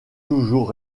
toujours